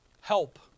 Help